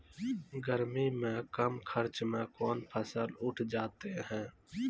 गर्मी मे कम खर्च मे कौन फसल उठ जाते हैं?